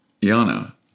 Iana